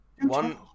One